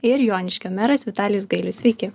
ir joniškio meras vitalijus gailius sveiki